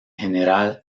general